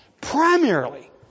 primarily